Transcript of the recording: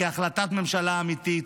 כהחלטת ממשלה אמיתית,